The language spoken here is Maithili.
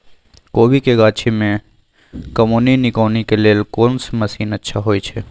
कोबी के गाछी में कमोनी निकौनी के लेल कोन मसीन अच्छा होय छै?